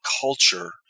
culture